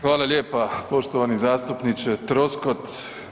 Hvala lijepa poštovani zastupniče Troskot.